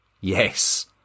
Yes